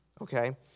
Okay